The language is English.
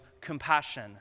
compassion